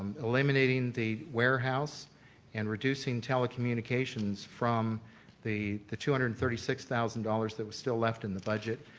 eliminating the warehouse and reducing telecommunications from the the two hundred and thirty six thousand dollars that was still left in the budget,